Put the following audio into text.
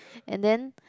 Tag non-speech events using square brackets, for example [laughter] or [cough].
[breath] and then